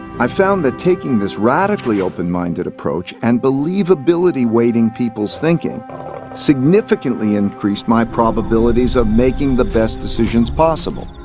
i found that taking this radically open-minded approach and believability-weighting people's thinking significantly increased my probabilities of making the best decisions possible.